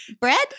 bread